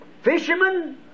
fishermen